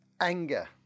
anger